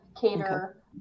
cater